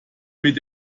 mit